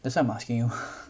that's why I'm asking you